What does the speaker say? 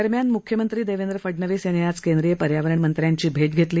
दरम्यान मुख्यमंत्री देवेंद्र फडणवीस यांनी आज केंद्रीय पर्यावरण मंत्र्यांची भेट घेतली